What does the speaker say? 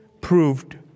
proved